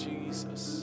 Jesus